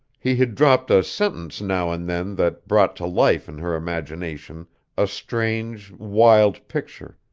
he had dropped a sentence now and then that brought to life in her imagination a strange, wild picture.